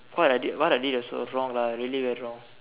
what I did what I did was wrong lah really was wrong